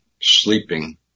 sleeping